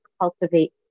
cultivate